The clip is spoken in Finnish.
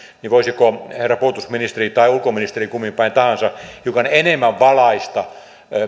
niin voisiko herra puolustusministeri tai ulkoministeri kumminpäin tahansa hiukan enemmän valaista